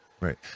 right